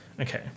Okay